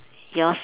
yours